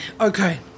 Okay